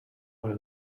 want